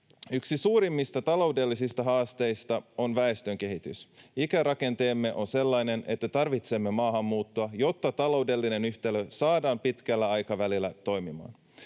Yksi suurimmista taloudellisista haasteista on väestönkehitys. Ikärakenteemme on sellainen, että tarvitsemme maahanmuuttoa, jotta taloudellinen yhtälö saadaan pitkällä aikavälillä toimimaan.